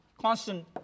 constant